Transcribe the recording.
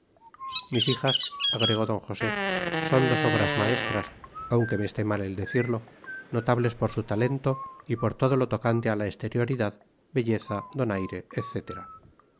mis hijas agregó d josé son dos obras maestras aunque me esté mal el decirlo notables por su talento y por todo lo tocante a la exterioridad belleza donaire etcétera